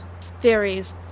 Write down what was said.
theories